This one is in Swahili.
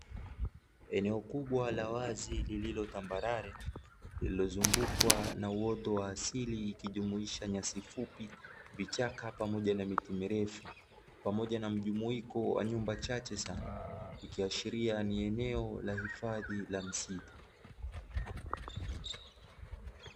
Eneo kubwa la wazi lililo tambalale, lililo zungukwa na uoto wa asili, ikijumuisha nyasi fupi vichaka pamoja na miti mirefu. Pamoja na mjumuiko wa nyumba chache sana, likiashiria ni eneo la hifadhi la msitu.